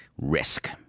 Risk